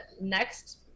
next